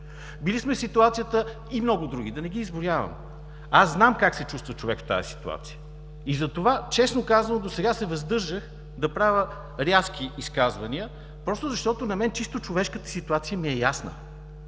Били сме и в много други ситуации, да не ги изброявам. Аз знам как се чувства човек в тази ситуация. Затова, честно казано, досега се въздържах да правя резки изказвания просто защото на мен чисто човешката ситуация ми е ясна.